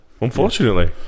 unfortunately